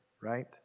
right